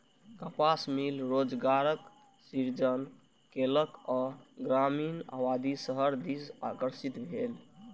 कपास मिल रोजगारक सृजन केलक आ ग्रामीण आबादी शहर दिस आकर्षित भेल